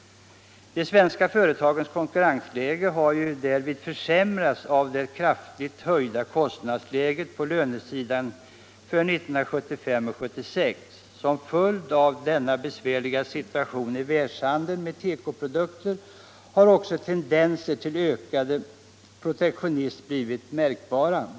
De svenska företagens konkurrensläge har försämrats av de kraftigt höjda kostnaderna på lönesidan för 1975 och 1976. Som följd av den besvärliga situationen i världshandeln när det gäller tekoprodukter har tendenser till ökande protektionism blivit märkbara.